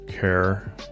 care